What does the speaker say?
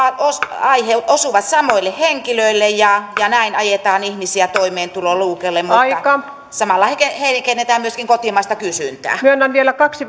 osuvat samoille henkilöille ja ja näin ajetaan ihmisiä toimeentuloluukulle mutta samalla heikennetään myöskin kotimaista kysyntää myönnän vielä kaksi